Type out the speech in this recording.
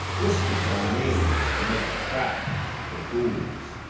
twisted by knaves to make a trap for fools,